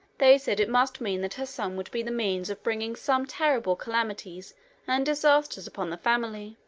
they said it must mean that her son would be the means of bringing some terrible calamities and disasters upon the family.